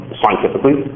scientifically